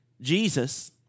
Jesus